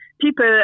people